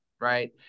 right